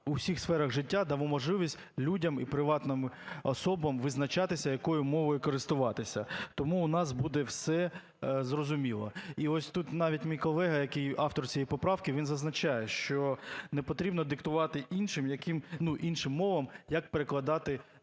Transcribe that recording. у всіх сферах життя дамо можливість людям і приватним особам визначатися, якою мовою користуватися. Тому у нас буде все зрозуміло. І ось тут навіть мій колега, який автор цієї поправки, він зазначає, що не потрібно диктувати іншими, яким… ну,